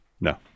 no